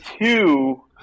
Two